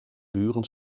buren